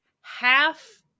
half